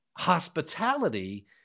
Hospitality